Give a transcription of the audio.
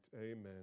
Amen